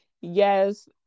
Yes